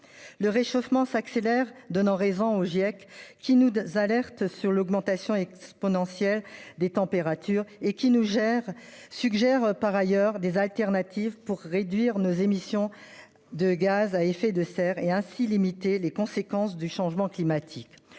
Le réchauffement s'accélère. Cela donne raison au Giec, qui nous alerte sur l'augmentation exponentielle des températures et nous suggère des alternatives pour réduire nos émissions de gaz à effet de serre et ainsi limiter les conséquences du changement climatique.